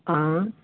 आँ